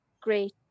great